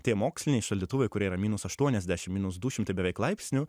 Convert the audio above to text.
tie moksliniai šaldytuvai kurie yra minus aštuoniasdešim minus du šimtai beveik laipsnių